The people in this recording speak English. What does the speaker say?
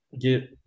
get